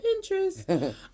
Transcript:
Pinterest